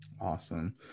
Awesome